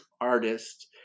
artists